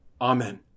amen